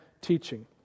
teaching